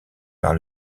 par